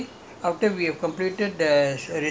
then we will do lah we follow the thing in